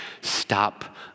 Stop